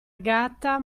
gatta